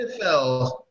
NFL